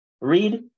Read